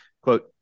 quote